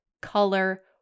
color